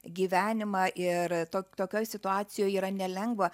gyvenimą ir tok tokioj situacijoj yra nelengva